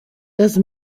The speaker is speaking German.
das